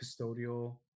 custodial